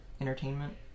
entertainment